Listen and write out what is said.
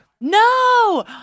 no